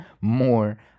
more